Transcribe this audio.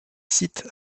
site